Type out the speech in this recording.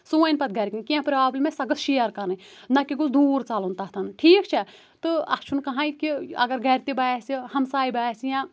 سہُ ونہِ پتہٕ گرۍکٮ۪ن کیٚنٛہہ پرٛابلِم آسہِ سۄ گٔژھ شیر کَرٕنۍ نہ کہِ گوٚژھ دوٗر ژَلُن تَتھن ٹھیٖک چھا تہٕ اَتھ چھُنہٕ کہٕنۍ کہِ اگر گَرِ تہِ باسہِ ہَمساے باسہِ یا